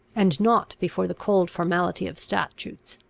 and not before the cold formality of statutes.